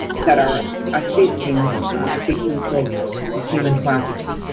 that are assisting victims of human trafficking.